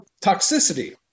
toxicity